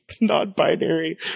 non-binary